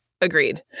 agreed